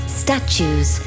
statues